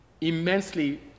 immensely